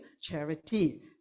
charity